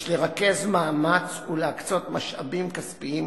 יש לרכז מאמץ ולהקצות משאבים כספיים